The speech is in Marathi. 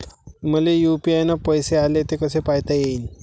मले यू.पी.आय न पैसे आले, ते कसे पायता येईन?